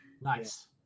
nice